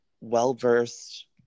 well-versed